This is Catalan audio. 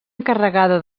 encarregada